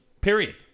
period